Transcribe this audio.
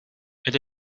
elle